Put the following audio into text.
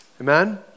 Amen